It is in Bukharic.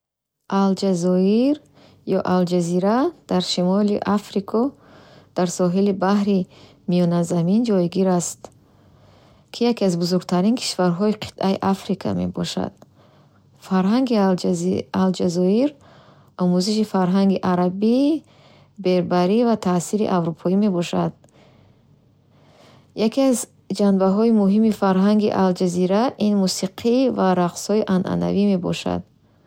Алҷазоир е Алҷазира дар шимоли Африка, дар соҳили баҳри Миёназамин ҷойгир аст, ки яке аз бузургтарин кишварҳои қитъаи Африка мебошад. Фарҳанги Алҷаҳи Алҷазоир омезиши фарҳанги арабӣ, берберӣ ва таъсири аврупоӣ мебошад. Яке аз ҷанбаҳои муҳими фарҳанги Алҷазоир мусиқӣ ва рақсҳои анъанавӣ мебошанд.